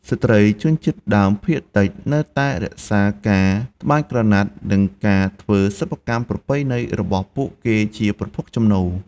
ស្ត្រីជនជាតិដើមភាគតិចនៅតែរក្សាការ ត្បាញក្រណាត់ និងការធ្វើសិប្បកម្មប្រពៃណីរបស់ពួកគេជាប្រភពចំណូល។